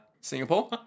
Singapore